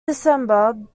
december